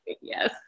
Yes